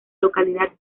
localidad